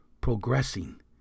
progressing